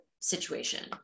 situation